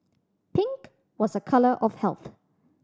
pink was a colour of health